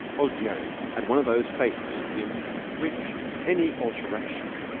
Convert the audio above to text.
old gerry had one of those faces in which any alteration,